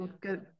Good